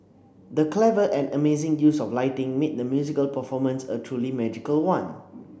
the clever and amazing use of lighting made the musical performance a truly magical one